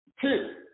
Two